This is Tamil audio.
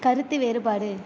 கருத்து வேறுபாடு